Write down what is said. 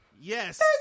Yes